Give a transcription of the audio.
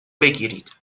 بگیرید